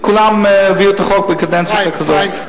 אפרים סנה.